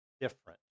different